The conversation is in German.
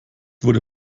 wurde